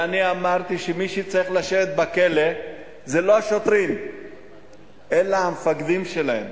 ואני אמרתי שמי שצריך לשבת בכלא זה לא השוטרים אלא המפקדים שלהם,